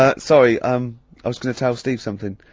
ah sorry um i was gonna tell steve something.